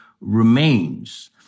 remains